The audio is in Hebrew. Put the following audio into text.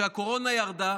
כשהקורונה ירדה,